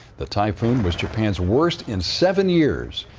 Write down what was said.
the typhoon was japan's worst in seven years,